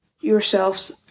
yourselves